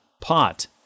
pot